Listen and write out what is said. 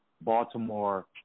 Baltimore